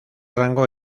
rango